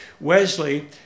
Wesley